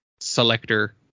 selector